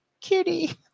Kitty